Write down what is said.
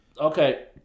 Okay